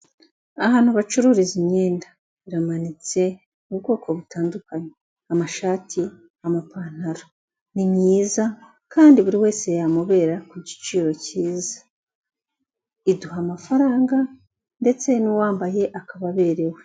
Ahantu bacururiza imyenda, iramanitse ni ubwoko butandukanye, amashati, amapantaro, ni myiza kandi buri wese yamubera ku giciro cyiza, iduha amafaranga ndetse n'uwambaye akaba aberewe.